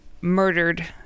murdered